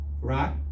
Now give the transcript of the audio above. Right